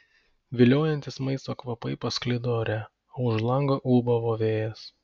viliojantys maisto kvapai pasklido ore o už lango ūbavo vėjas